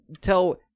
tell